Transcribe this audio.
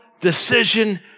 decision